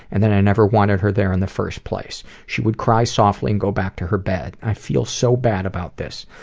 and that i never wanted her there in the first place. she would cry softly and go back to her bed. i feel so bad about this.